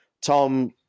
Tom